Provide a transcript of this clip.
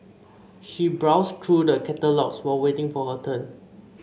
she browsed through the catalogues while waiting for her turn